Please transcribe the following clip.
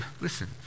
listen